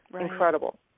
incredible